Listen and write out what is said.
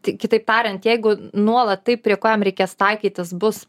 tai kitaip tariant jeigu nuolat tai prie ko jam reikės taikytis bus